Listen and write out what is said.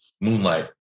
Moonlight